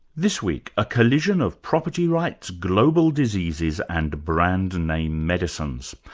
this week, a collision of property rights, global diseases and brand-name medicines.